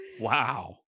Wow